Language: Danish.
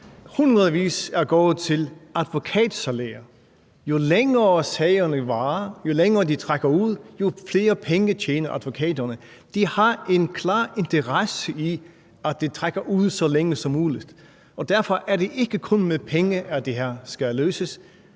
af kroner er gået til advokatsalærer. Jo længere sagerne varer, jo længere de trækker ud, jo flere penge tjener advokaterne. De har en klar interesse i, at det trækker ud så længe som muligt. Derfor er det ikke kun med penge, at det her skal løses.